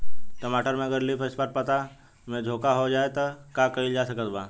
टमाटर में अगर लीफ स्पॉट पता में झोंका हो जाएँ त का कइल जा सकत बा?